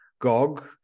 GOG